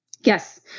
Yes